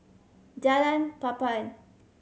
Jalan Papan